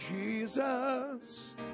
Jesus